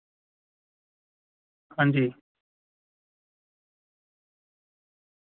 हांजी